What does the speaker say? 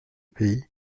pays